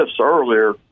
earlier